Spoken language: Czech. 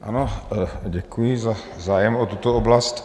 Ano, děkuji za zájem o tuto oblast.